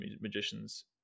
magicians